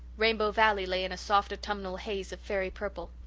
rainbow valley lay in a soft, autumnal haze of fairy purple.